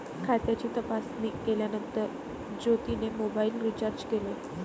खात्याची तपासणी केल्यानंतर ज्योतीने मोबाइल रीचार्ज केले